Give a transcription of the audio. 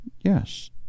Yes